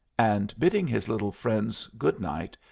and bidding his little friends good night,